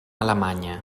alemanya